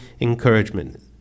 encouragement